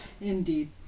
Indeed